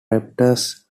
raptors